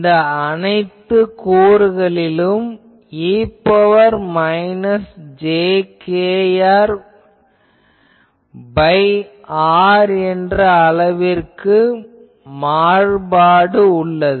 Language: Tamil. இந்த அனைத்து கூறுகளிலும் e ன் பவர் மைனஸ் j kr வகுத்தல் r என்ற அளவிற்கு மாறுபாடு உள்ளது